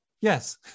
yes